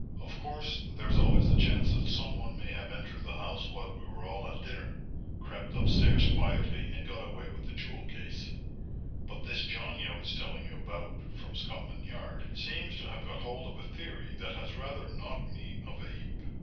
of course there's always the chance that some one may have entered the house while we were all at dinner crept upstairs quietly and got away with the jewel case but this johnny i was telling you about, from scotland yard, seems to have got hold of a theory that has rather knocked me of a heap.